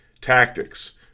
tactics